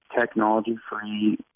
technology-free